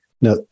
Now